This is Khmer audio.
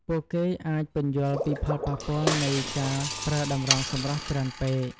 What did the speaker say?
ពួកគេអាចពន្យល់ពីផលប៉ះពាល់នៃការប្រើតម្រងសម្រស់ច្រើនពេក។